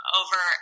over